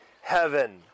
heaven